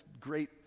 great